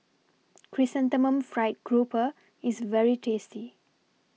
Chrysanthemum Fried Grouper IS very tasty